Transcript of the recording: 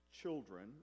children